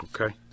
okay